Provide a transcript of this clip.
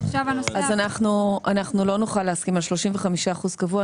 אנחנו לא נוכל להסכים על 35% קבוע,